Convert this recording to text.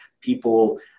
people